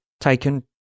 taken